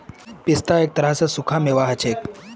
पिस्ता एक तरह स सूखा मेवा हछेक